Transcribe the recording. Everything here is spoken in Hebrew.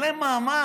אין להם מעמד,